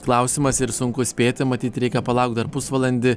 klausimas ir sunku spėti matyt reikia palaukt dar pusvalandį